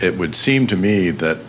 it would seem to me that